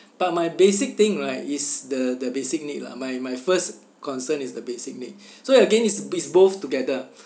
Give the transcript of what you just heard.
but my basic thing right is the the basic need lah my my first concern is the basic need so again it's both together